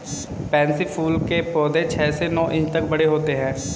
pansy फूल के पौधे छह से नौ इंच तक बड़े होते हैं